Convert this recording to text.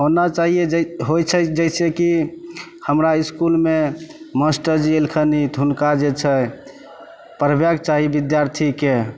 होना चाहिए जै होइत छै जैसेकि हमरा इसकूलमे मास्टरजी एलखनी तऽ हुनका जे छै पढ़बैके चाही बिद्यार्थीकेँ